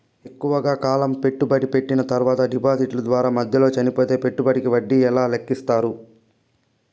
ఎక్కువగా కాలం పెట్టుబడి పెట్టిన తర్వాత డిపాజిట్లు దారు మధ్యలో చనిపోతే పెట్టుబడికి వడ్డీ ఎలా లెక్కిస్తారు?